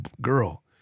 girl